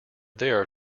there